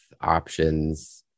options